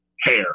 hair